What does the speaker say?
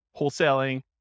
wholesaling